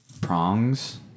prongs